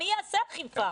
מי יעשה אכיפה?